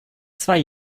zwei